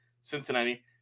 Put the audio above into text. Cincinnati